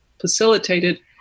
facilitated